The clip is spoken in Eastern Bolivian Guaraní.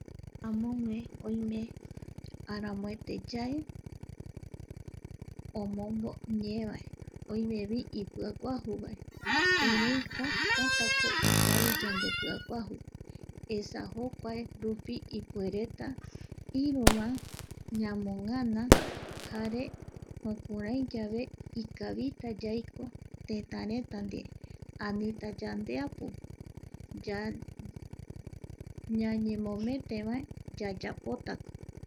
Amogue oime aramoete yae. omombo ñeevae oimevi ipiaguajuvae ereiko tantako ikavi yandepiaguaju, esa jokua, rupi ipuereta iru vae ñamogana jare jukurai yave ikavita yaiko tetareta ndie anita yandeapu ñañemometevae yayapota